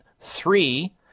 three